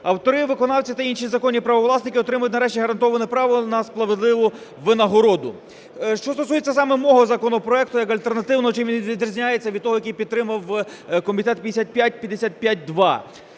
Автори, виконавці та інші законні правовласники отримають нарешті гарантоване право на справедливу винагороду. Що стосується саме мого законопроект як альтернативного, чим він відрізняється від того, який підтримав комітет, 5552-2?